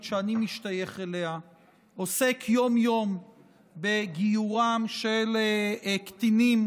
שאני משתייך אליה עוסק יום-יום בגיורם של קטינים